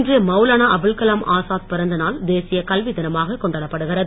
இன்று மவுலானா அபுல் கலாம் ஆசாத் பிறந்த நாள் தேசிய கல்வி தினமாகக் கொண்டாடப்படுகிறது